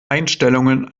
einstellungen